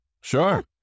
Sure